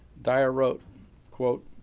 dyer wrote quote,